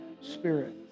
Spirit